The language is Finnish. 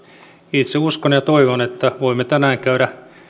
itse uskon ja toivon että voimme tänään käydä